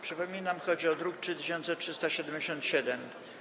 Przypominam, że chodzi o druk nr 3377.